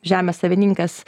žemės savininkas